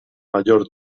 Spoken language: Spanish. mayor